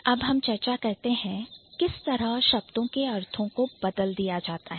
अब हम चर्चा करते हैं कि किस तरह शब्दों के अर्थ बदल जाते हैं